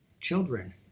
Children